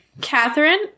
Catherine